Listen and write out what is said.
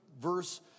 verse